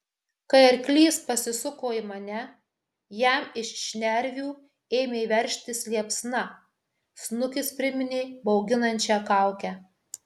kai arklys pasisuko į mane jam iš šnervių ėmė veržtis liepsna snukis priminė bauginančią kaukę